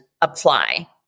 apply